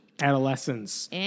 Adolescents